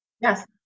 yes